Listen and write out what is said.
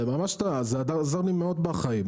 זה עוזר לי מאוד בחיים.